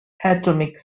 atomic